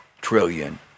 trillion